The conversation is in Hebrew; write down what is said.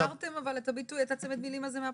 אבל הכרתם את צמד המילים הזה מהפסיקה.